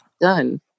done